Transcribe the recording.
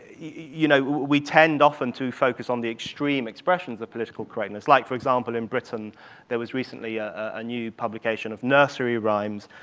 you know we tend, often, to focus on the extreme expressions of political correctness, like, for example, in britain there was recently a new publication of nursery rhymes,